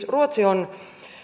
ruotsi on